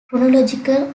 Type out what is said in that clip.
chronological